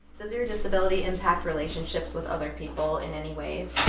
does your disability impact relationships with other people in any ways?